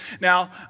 Now